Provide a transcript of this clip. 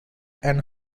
and